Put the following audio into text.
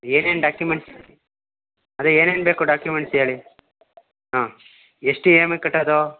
ಏನೇನು ಡಾಕಿಮೆಂಟ್ಸ್ ಅದೇ ಏನೇನು ಬೇಕು ಡಾಕುಮೆಂಟ್ಸ್ ಹೇಳಿ ಹಾಂ ಎಷ್ಟು ಇ ಎಮ್ ಐ ಕಟ್ಟೋದು